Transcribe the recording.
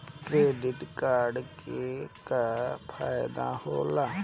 Credit card के का फायदा होला?